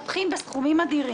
אין נמנעים,